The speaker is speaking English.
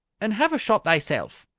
and have a shot thyself.